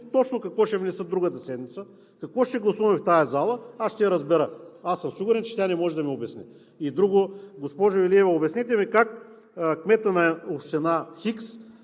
точно ще внесат другата седмица, какво ще гласуваме в тази зала, аз ще я разбера. Аз съм сигурен, че тя не може да ми обясни. И друго, госпожо Илиева, обяснете ми как кметът на община хикс